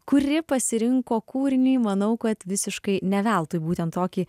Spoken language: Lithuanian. kuri pasirinko kūrinį manau kad visiškai ne veltui būtent tokį